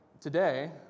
today